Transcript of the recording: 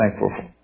thankful